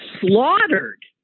slaughtered